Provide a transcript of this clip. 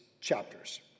chapters